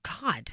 God